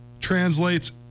translates